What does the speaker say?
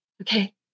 Okay